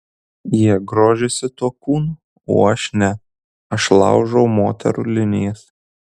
jie grožisi tuo kūnu o aš ne aš laužau moterų linijas